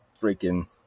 freaking